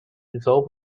dissolve